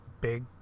big